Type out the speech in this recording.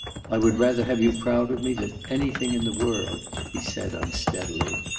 i would rather have you proud of me than anything in the world, he said, unsteadily.